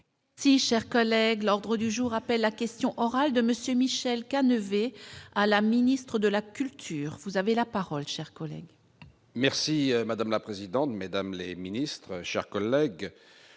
Si chers collègues, l'ordre du jour appelle la question orale de Monsieur Michel à 9 et à la ministre de la culture, vous avez la parole chers collègues. Merci madame la présidente, mesdames les ministres, chers collègues,